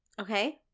Okay